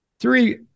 three